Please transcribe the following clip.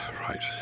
Right